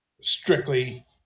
strictly